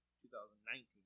2019